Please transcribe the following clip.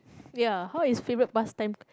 ya how is favourite past time